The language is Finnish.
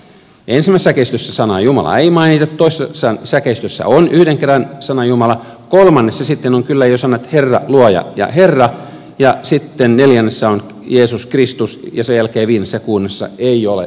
ensimmäisessä säkeistössä sanaa jumala ei mainita toisessa säkeistössä on yhden kerran sana jumala kolmannessa sitten on kyllä jo sanat herra luoja ja herra ja sitten neljännessä on jeesus kristus ja sen jälkeen viidennessä ja kuudennessa ei ole jumala sanaa